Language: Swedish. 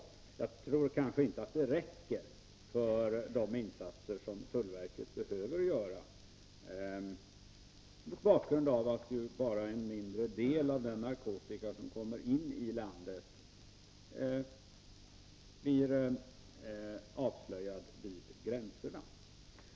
Men jag tror inte att det räcker för de insatser som tullverket behöver göra, mot bakgrund av att bara en mindre del av den narkotika som kommer in i landet blir avslöjad vid gränserna.